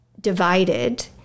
divided